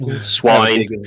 Swine